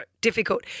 difficult